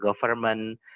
government